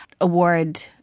award